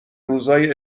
روزای